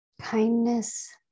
kindness